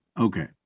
Okay